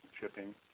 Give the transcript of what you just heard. shipping